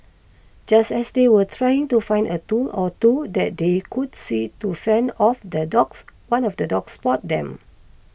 just as they were trying to find a tool or two that they could see to fend off the dogs one of the dogs spotted them